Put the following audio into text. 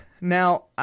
Now